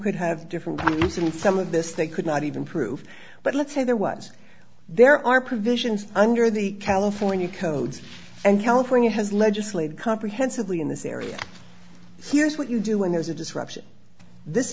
could have different views and some of this they could not even prove but let's say there was there are provisions under the california code and california has legislated comprehensively in this area here's what you do when there's a disruption this